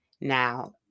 Now